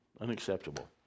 unacceptable